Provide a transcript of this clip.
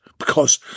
because